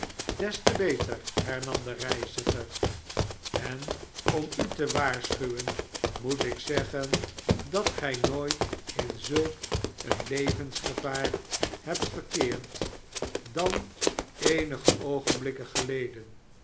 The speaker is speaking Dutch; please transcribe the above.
des te beter hernam de reiziger en om u te waarschuwen moet ik zeggen dat gij nooit in zulk een leyensgevaar hebt verkeerd dan eenige oogenblikken geleden